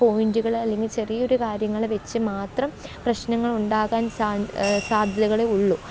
പോയിന്റുകൾ അല്ലെങ്കിൽ ചെറിയൊരു കാര്യങ്ങൾ വച്ച് മാത്രം പ്രശ്നങ്ങളുണ്ടാകാന് സാധ്യതകളേ ഉള്ളു